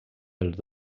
dels